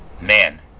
man